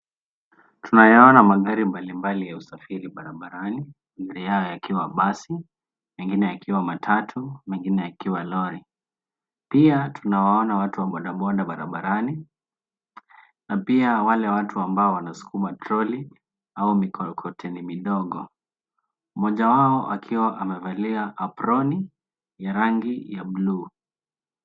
Tunayaona magari mbalimbali ya usafiri barabarani moja yao yakiwa basi mengine yakiwa matatu mengine yakiwa lori pia tunawaona watu wa bodaboda barabarani na pia wale watu ambao wanaskuma troli au mikokoteni midogo. Mmoja wao akiwa amevalia aproni ya rangi ya blue .